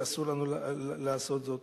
ואסור לנו לעשות זאת.